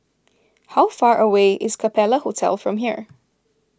how far away is Capella Hotel Singapore from here